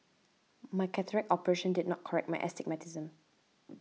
my cataract operation did not correct my astigmatism